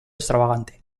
extravagante